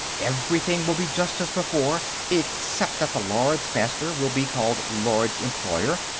everything will be just as before, except that the lords-master will be called lords-employer,